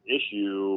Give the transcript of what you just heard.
issue